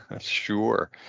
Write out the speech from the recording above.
Sure